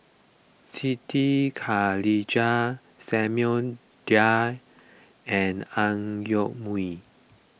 Siti Khalijah Samuel Dyer and Ang Yoke Mooi